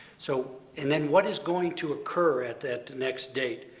so and then, what is going to occur at that next date?